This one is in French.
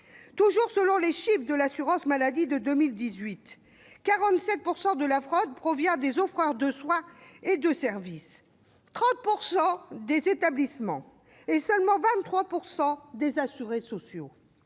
santé. Selon les chiffres de 2018 de l'assurance maladie, 47 % de la fraude provient des offreurs de soins et de services, 30 % des établissements, et seulement 23 % des assurés sociaux.